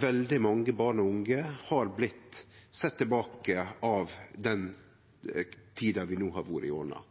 Veldig mange barn og unge har blitt sette tilbake av den tida vi no har vore gjennom.